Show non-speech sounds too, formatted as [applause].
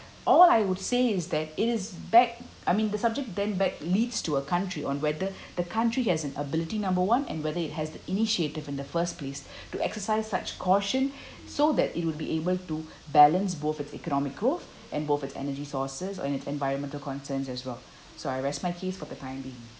all I would say is that it is back I mean the subject then back leads to a country on whether [breath] the country has an ability number one and whether it has the initiative in the first place [breath] to exercise such caution so that it would be able to balance both its economic growth and both its energy sources or its environmental concerns as well so I rest my case for the time being